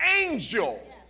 angel